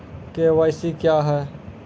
KYC क्या हैं?